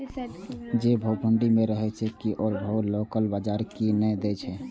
जे भाव मंडी में रहे छै ओ भाव लोकल बजार कीयेक ने दै छै?